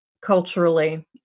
Culturally